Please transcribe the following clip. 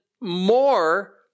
more